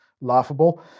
laughable